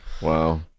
Wow